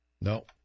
No